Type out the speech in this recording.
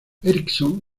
ericsson